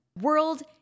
World